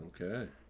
Okay